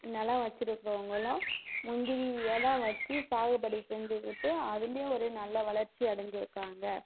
நிலம் வச்சிருக்குறவங்களும் முந்திரியை தான் வச்சு சாகுபடி செஞ்சிக்கிட்டு அதுலையும் ஒரு நல்ல வளர்ச்சி அடைஞ்சிருக்காங்க